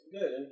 Good